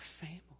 family